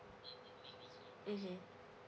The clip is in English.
mmhmm